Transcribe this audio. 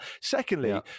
Secondly